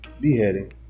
beheading